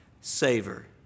savor